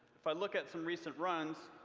but look at some recent runs,